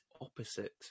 opposite